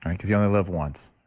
because you only live once.